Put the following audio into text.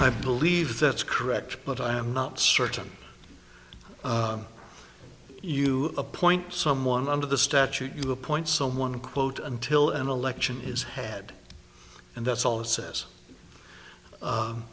i believe that's correct but i am not certain you appoint someone under the statute you appoint someone quote until an election is head and that's all it says